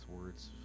words